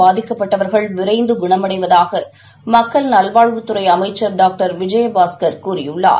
பாதிக்கப்பட்டவர்கள் விரைந்து குணமடைவதாக மக்கள் நல்வாழ்வுத்துறை அமைச்சர் டாக்டர் விஜயபாஸ்கர் கூறியுள்ளார்